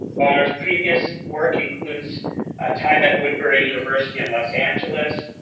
bonner's previous work includes time at woodbury university in los angeles,